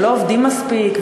שלא עובדים מספיק,